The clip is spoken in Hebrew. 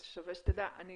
אז שווה שתדע שאני